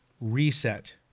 reset